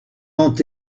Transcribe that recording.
ont